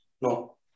No